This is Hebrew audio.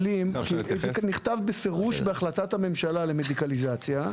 נכתב בפירוש, בהחלטת הממשלה על המדיקליזציה,